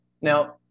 Now